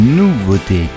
nouveauté